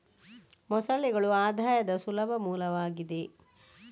ಮೊಸಳೆಗಳು ಆದಾಯದ ಸುಲಭ ಮೂಲವಾಗಿದೆ